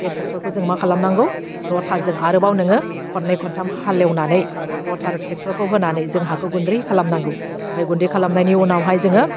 बे टेक्टरखौ जों मा खालामनांगौ रटारजों आरोबाव नोङो खननै खनथाम हालेवनानै रटार टेक्टरखौ होनानै जों हाखौ गुन्दै खालामनांगौ ओमफ्राय गुन्दै खालामनायनि उनावहाय जोङो